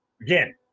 Again